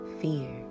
fear